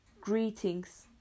greetings